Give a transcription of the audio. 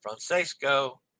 Francesco